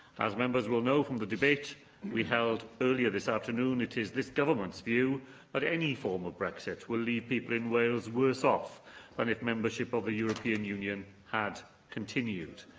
as members will know from the debate we held earlier this afternoon, it is this government's view that but any form of brexit will leave people in wales worse off than if membership of the european union had continued.